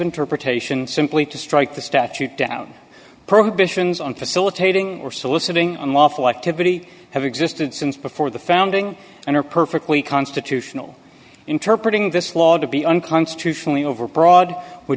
interpretation simply to strike the statute down prohibitions on facilitating or soliciting unlawful activity have existed since before the founding and are perfectly constitutional interpret in this law to be unconstitutionally overbroad w